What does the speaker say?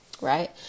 right